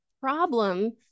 problem